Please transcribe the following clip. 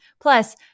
Plus